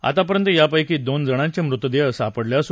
आतापर्यंत यापैकी दोन जणांचे मृतदेह सापडले आहेत